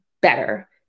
better